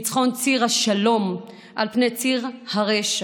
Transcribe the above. ניצחון ציר השלום על פני ציר הרשע.